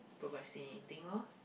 procrastinating orh